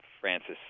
Francis